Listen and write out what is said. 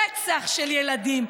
רצח של ילדים,